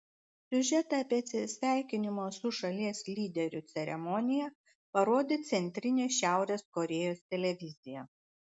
siužetą apie atsisveikinimo su šalies lyderiu ceremoniją parodė centrinė šiaurės korėjos televizija